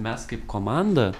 mes kaip komanda